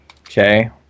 Okay